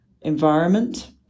environment